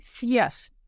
Yes